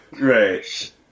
Right